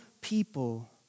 people